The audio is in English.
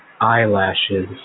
eyelashes